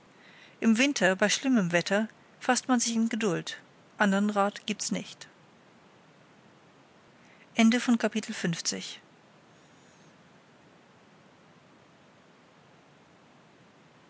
im winter bei schlimmem wetter faßt man sich in geduld anderen rat gibt's nicht